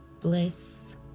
bliss